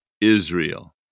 Israel